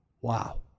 wow